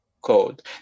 code